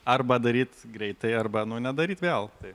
arba daryt greitai arba nu nedaryt vėl